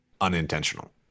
unintentional